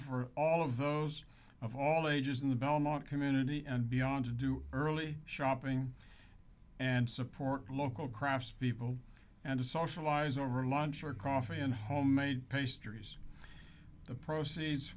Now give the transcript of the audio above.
for all of those of all ages in the belmont community and beyond to do early shopping and support local craftspeople and socialize over lunch or coffee and homemade pastries the proceeds